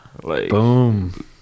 Boom